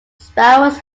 sparrows